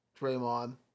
Draymond